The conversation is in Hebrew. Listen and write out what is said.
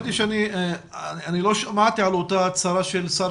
אני לא שמעתי על אותה הצהרה של שר